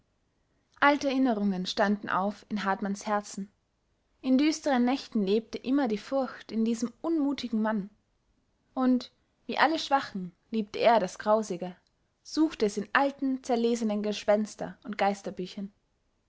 alte erinnerungen standen auf in hartmanns herzen in düsteren nächten lebte immer die furcht in diesem unmutigen mann und wie alle schwachen liebte er das grausige suchte es in alten zerlesenen gespenster und